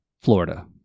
Florida